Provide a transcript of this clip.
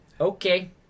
Okay